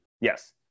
Yes